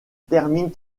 termine